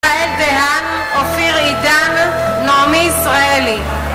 ישראל דהאן, אופיר עידן, נעמי ישראלי